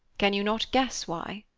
can you not guess why?